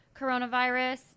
coronavirus